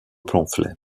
pamphlets